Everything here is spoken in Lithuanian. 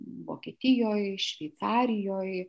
vokietijoj šveicarijoj